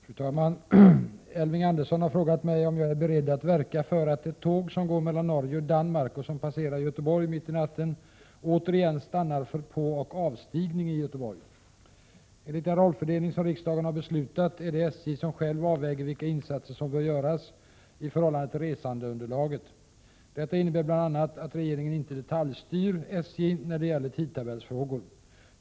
Fru talman! Elving Andersson har frågat mig om jag är beredd att verka för att ett tåg som går mellan Norge och Danmark och som passerar Göteborg mitt i natten återigen stannar för påoch avstigning i Göteborg. Enligt den rollfördelning som riksdagen har beslutat är det SJ som självt avväger vilka insatser som bör göras i förhållande till resandeunderlaget. Detta innebär bl.a. att regeringen inte detaljstyr SJ när det gäller tidtabellsfrågor.